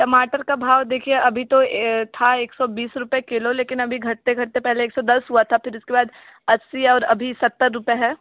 टमाटर का भाव देखिए अभी तो था एक सौ बीस रुपये किलो लेकिन अभी घटते घटते पहले एक सौ दस हुआ था फिर इसके बाद अस्सी और अभी सत्तर रुपये है